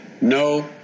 No